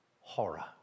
horror